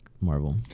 Marvel